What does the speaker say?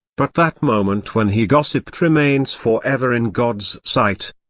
but that moment when he gossiped remains forever in god's sight.